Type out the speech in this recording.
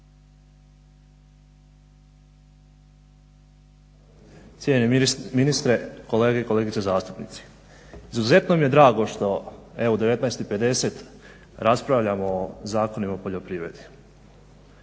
cijenjeni ministre, kolege i kolegice zastupnici. Izuzetno mi je drago što evo u 19,50 raspravljamo o zakonima o poljoprivredi.